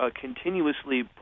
continuously